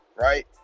right